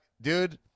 dude